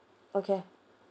okay